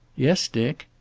yes, dick?